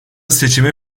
seçimi